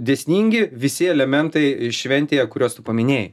dėsningi visi elementai šventėje kuriuos tu paminėjai